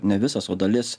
ne visas o dalis